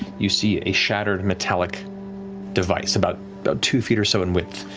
you see a shattered metallic device, about about two feet or so in width.